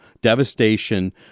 devastation